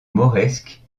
mauresques